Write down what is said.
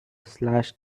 slash